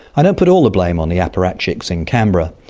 i don't put all the blame on the apparatchiks in canberra.